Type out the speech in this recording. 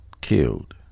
killed